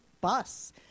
bus